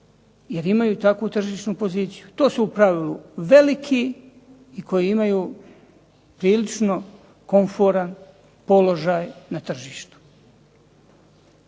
jer imaju takvu tržišnu poziciju. Tu su u pravilu veliki i koji imaju prilično komforan položaj na tržištu.